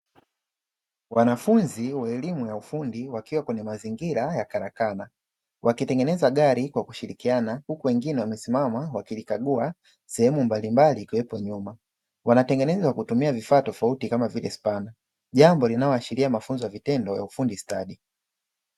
Wanafunzi wa elimu ya ufundi wakiwa kwenye mazingira ya karakana, wakitengeneza gari kwa kushirikiana huku wengine wamesimama wakilikagua sehemu mbalimbali ikiwepo nyuma, wanatengeneza kwa kutumia vifaa tofauti kama vile spana, jambo linaloashiria mafunzo ya vitendo ya ufundi stadi.